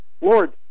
Lord